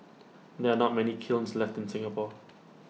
there are not many kilns left in Singapore